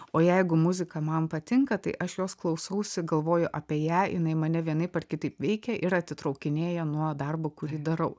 o jeigu muzika man patinka tai aš jos klausausi galvoju apie ją jinai mane vienaip ar kitaip veikia ir atitraukinėja nuo darbo kurį darau